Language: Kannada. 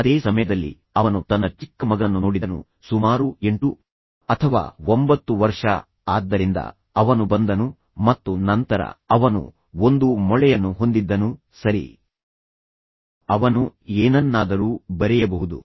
ಅದೇ ಸಮಯದಲ್ಲಿ ಅವನು ತನ್ನ ಚಿಕ್ಕ ಮಗನನ್ನು ನೋಡಿದನು ಸುಮಾರು ಎಂಟು ಅಥವಾ ಒಂಬತ್ತು ವರ್ಷ ಆದ್ದರಿಂದ ಅವನು ಬಂದನು ಮತ್ತು ನಂತರ ಅವನು ಒಂದು ಮೊಳೆಯನ್ನು ಹೊಂದಿದ್ದನು ಸರಿ ಅವನು ಏನನ್ನಾದರೂ ಬರೆಯಬಹುದು